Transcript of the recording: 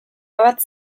bat